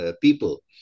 people